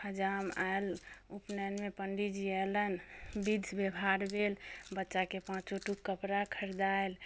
हजाम आयल उपनैनमे पण्डितजी अयलनि विध व्यवहार भेल बच्चाके पाँचो टूक कपड़ा खरीदायल